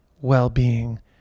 Well-being